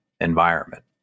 environment